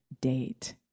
date